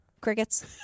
crickets